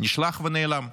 נשלח ונעלם.